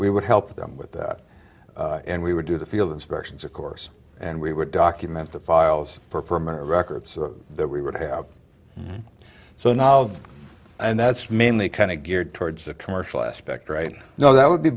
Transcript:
we would help them with that and we would do the field inspections of course and we would document the files for permanent records that we would have so now and that's mainly kind of geared towards the commercial aspect right now that would be